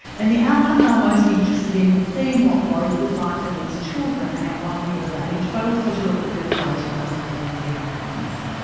and the outcome they were most interested in is seeing what growth was like for these children at one year of age, but also to look at birthweight and other pregnancy outcomes.